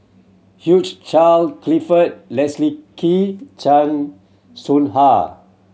huge Charle Clifford Leslie Kee Chan Soh Ha